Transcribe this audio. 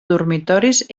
dormitoris